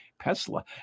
Tesla